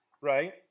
right